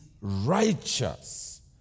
righteous